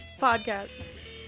podcasts